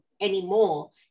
anymore